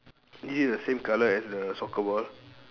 is it the same colour as the soccer ball